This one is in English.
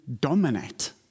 dominate